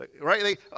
Right